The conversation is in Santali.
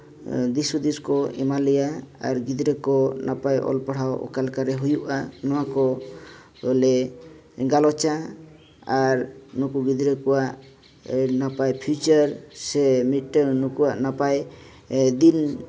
ᱫᱤᱥ ᱦᱩᱫᱤᱥ ᱠᱚ ᱮᱢᱟ ᱞᱮᱭᱟ ᱟᱨ ᱜᱤᱫᱽᱨᱟᱹ ᱠᱚ ᱱᱟᱯᱟᱭ ᱚᱞ ᱯᱟᱲᱦᱟᱣ ᱚᱠᱟ ᱞᱮᱠᱟ ᱨᱮ ᱦᱩᱭᱩᱜᱼᱟ ᱱᱚᱣᱟ ᱠᱚᱞᱮ ᱜᱟᱞᱚᱪᱟ ᱟᱨ ᱱᱩᱠᱩ ᱜᱤᱫᱽᱨᱟᱹ ᱠᱚᱣᱟᱜ ᱱᱟᱯᱟᱭ ᱯᱷᱤᱭᱩᱪᱟᱨ ᱥᱮ ᱢᱤᱫᱴᱟᱹᱱ ᱱᱩᱠᱩᱣᱟᱜ ᱱᱟᱯᱟᱭ ᱫᱤᱞ